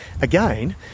again